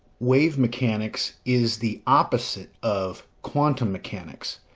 wave mechanics is the opposite of quantum mechanics,